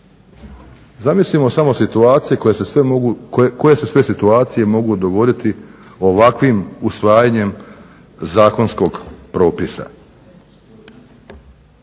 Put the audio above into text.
Zamislimo samo situacije koje se sve mogu, koje sve situacije mogu dogoditi ovakvim usvajanjem zakonskog propisa.